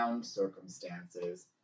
circumstances